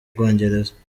bwongereza